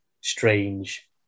strange